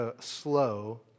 slow